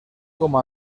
como